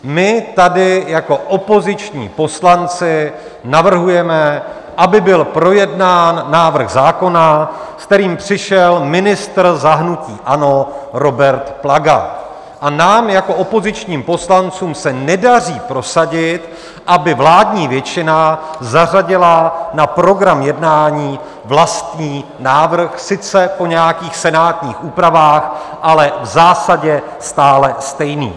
My tady jako opoziční poslanci navrhujeme, aby byl projednán návrh zákona, s kterým přišel ministr za hnutí ANO Robert Plaga, a nám jako opozičním poslancům se nedaří prosadit, aby vládní většina zařadila na program jednání vlastní návrh, sice po nějakých senátních úpravách, ale v zásadě stále stejný.